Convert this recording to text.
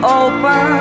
open